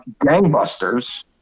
gangbusters